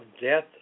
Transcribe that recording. death